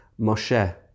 Moshe